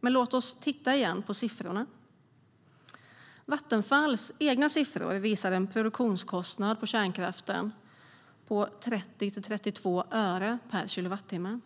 Men låt oss igen titta på siffrorna. Vattenfalls egna siffror visar en produktionskostnad för kärnkraften på 30-32 öre per kilowattimme.